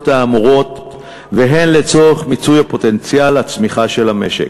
האמורות והן לצורך מיצוי פוטנציאל הצמיחה של המשק.